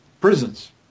prisons